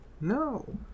No